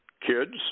kids